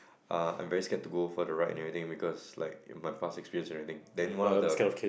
uh I very scared to go for the ride and everything because like my past experiences everything then one of the